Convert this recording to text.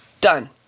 Done